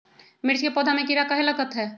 मिर्च के पौधा में किरा कहे लगतहै?